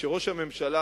וכשראש הממשלה,